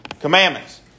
commandments